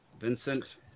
Vincent